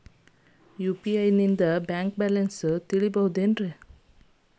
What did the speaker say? UPI ನಿಂದ bank balance ತಿಳಿಬಹುದೇನ್ರಿ?